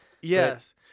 Yes